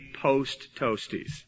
post-toasties